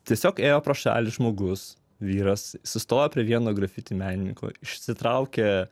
tiesiog ėjo pro šalį žmogus vyras sustojo prie vieno grafiti menininko išsitraukė